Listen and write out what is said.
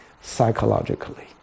psychologically